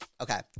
Okay